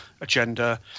agenda